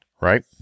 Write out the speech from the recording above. right